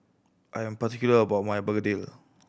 I am particular about my begedil